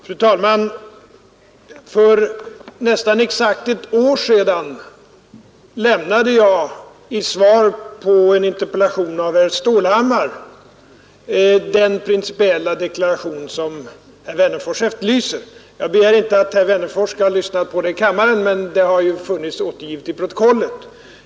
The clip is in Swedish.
Fru talman! För nästan exakt ett år sedan lämnade jag i svar på en interpellation av herr Stålhammar den principiella deklaration som herr Wennerfors efterlyser. Jag begär inte att herr Wennerfors skall ha lyssnat på den i kammaren, men den har funnits återgiven i protokollet.